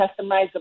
customizable